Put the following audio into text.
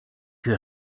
que